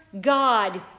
God